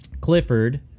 Clifford